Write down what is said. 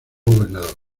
gobernador